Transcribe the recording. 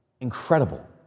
incredible